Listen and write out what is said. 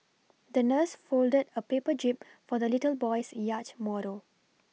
the nurse folded a paper jib for the little boy's yacht model